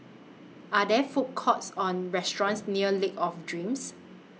Are There Food Courts Or restaurants near Lake of Dreams